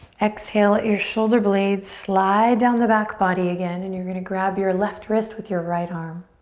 exhale, let your shoulder blades slide down the back body again and you're gonna grab your left wrist with your right arm.